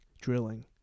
drilling